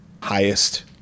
highest